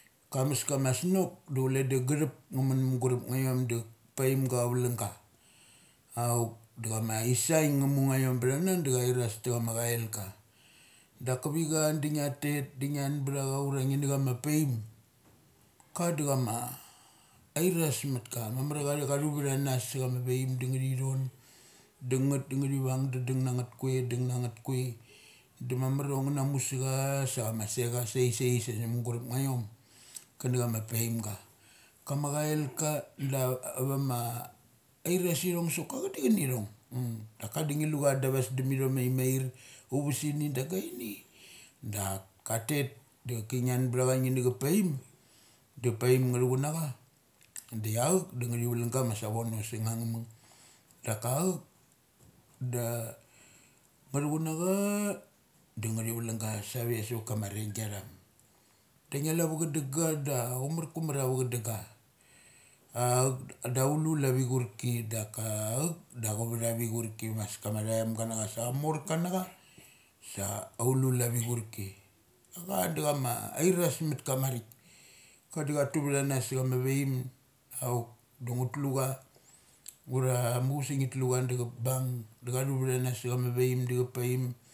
Kamas kama snok do kule da gathup nga mun mugurup naiom da paim da a aim ga cha vulung ga. Auk da cama aisaing nga mungaiom athana da chairas ta chama chika. Dak kivicha da niga tet da ngian btha cha ura ngin na chama paim ka dachama airas mutka. Mamar a cathia kathu vthanas sa chama vaim da nga thithom. Da ngeth da ngathi vung da dung na ngeth kule, dung nangeth kue da mamar a nga na mu sacha sachamas secha saisai mugurup ngaiom. Kana chama paimga. Kama cailka da a avama airas ithong sok a chadichinithong dak ka da ngi lu cha da avas ithom da inmair. Uvasini da gaini dak katet doki ngian bthacha kanacha paim, da paim nga thuchun na cha di chuk dinga thi valunng masa vono sung achummung. Daka auk da nga thu chun na cha danga thi valung ga sa ve suvat kama arringi atham. Da ngia iu ava chadung ga da a chumar kumar ava chadung ga. Da aulul ava i achurki. Daka auk da chuvat ava ichurki maskama athaimga na cha sa amor ka na cha sa aulul avai ichurki. Cha da cama airas mut ka marik ka da cha tu vthanas sachama vaim, auk dungatlucha ura muchus da ngit tlu cha da cha bung da cathu vthanas sa chama vaim da cha paim.